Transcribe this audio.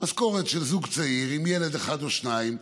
משכורת של זוג צעיר עם ילד אחד או שניים,